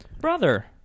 Brother